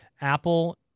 Apple